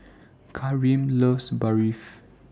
Karim loves Barfi